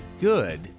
good